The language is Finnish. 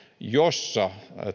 jossa